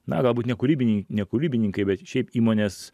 na galbūt nekūrybinį nekūribininkai bet šiaip įmonės